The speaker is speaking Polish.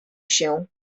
się